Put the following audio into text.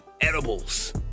edibles